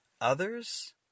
Others